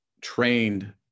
trained